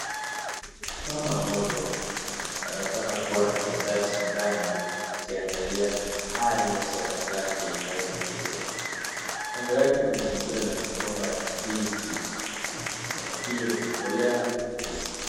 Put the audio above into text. Mama mmoja anaonekana kuwa anatembea shambani akiangalia hali ya shamba lake linavyoendelea. Kando yake amezingirwa na migomba ya ndizi, migomba hiyo imekolea kabisa.